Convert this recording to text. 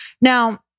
Now